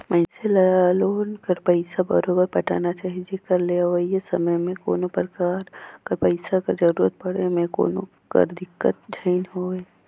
मइनसे ल लोन कर पइसा बरोबेर पटाना चाही जेकर ले अवइया समे में कोनो परकार कर पइसा कर जरूरत परे में कोनो कर दिक्कत झेइन होए